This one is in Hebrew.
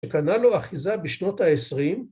‫שקנה לו אחיזה בשנות ה-20.